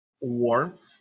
warmth